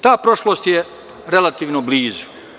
Ta prošlost je relativno blizu.